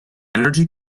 energy